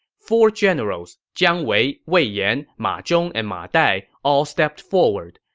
four generals jiang wei, wei yan, ma zhong, and ma dai all stepped forward.